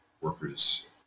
workers